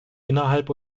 innerhalb